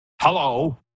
Hello